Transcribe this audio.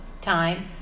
time